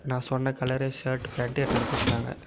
நான் சொன்ன colour shirt pant எடுத்துகிட்டு வந்து கொடுத்தாங்க